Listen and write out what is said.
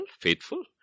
faithful